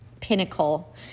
pinnacle